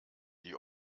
die